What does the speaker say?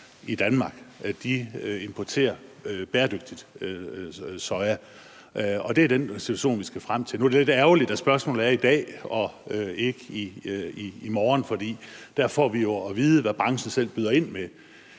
i Danmark, importerer bæredygtig soja, og det er den situation, vi skal frem til. Nu er det lidt ærgerligt, at spørgsmålet er i dag og ikke i morgen, for der får vi jo at vide, hvad branchen selv byder ind med